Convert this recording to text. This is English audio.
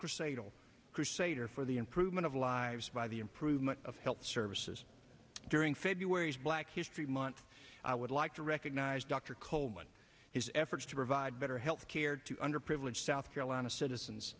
crusader crusader for the improvement of lives by the improvement of health services during february's black history month i would like to recognize dr coleman his efforts to provide better health care to underprivileged south carolina citizens